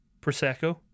Prosecco